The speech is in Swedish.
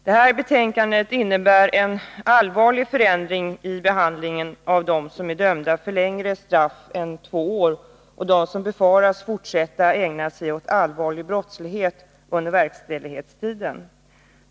I betänkandet förordas en allvarlig förändring i behandlingen av dem som är dömda till längre straff än två år och som befaras fortsätta att ägna sig åt allvarlig brottslighet under verkställighetstiden.